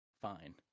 fine